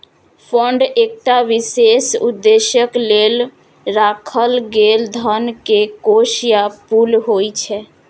fund एकटा विशेष उद्देश्यक लेल राखल गेल धन के कोष या पुल होइ छै